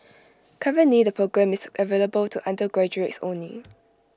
currently the programme is available to undergraduates only